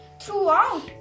throughout